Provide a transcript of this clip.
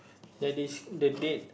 ya this the date